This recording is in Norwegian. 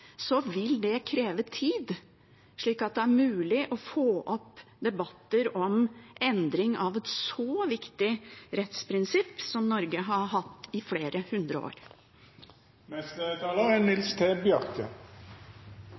vil det kreve tid, slik at det er mulig å få opp debatter om endring av et så viktig rettsprinsipp, som Norge har hatt i flere hundre år. Eg trur ikkje det er